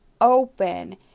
open